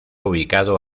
ubicado